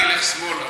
אני אלך שמאלה.